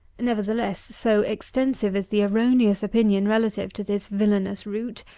nevertheless, so extensive is the erroneous opinion relative to this villanous root,